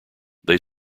they